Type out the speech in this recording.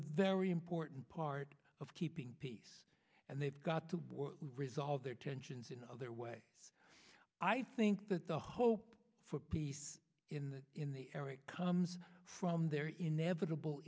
a very important part of keeping peace and they've got to resolve their tensions in other way i think that the hope for peace in the in the air it comes from their inevitable